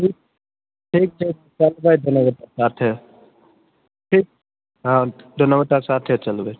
ठीक ठीक छै साथे ठीक हँ दुनू गोटा साथे चलबै